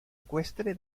ecuestre